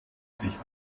sich